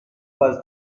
was